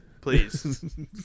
Please